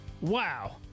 Wow